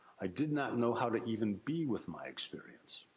i did not know how to even be with my experience.